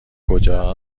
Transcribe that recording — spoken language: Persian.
کجا